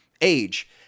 Age